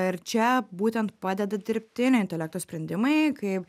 ir čia būtent padeda dirbtinio intelekto sprendimai kaip